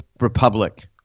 republic